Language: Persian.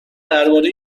درباره